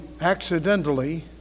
accidentally